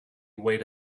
wait